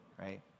right